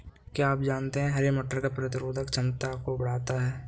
क्या आप जानते है हरे मटर प्रतिरोधक क्षमता को बढ़ाता है?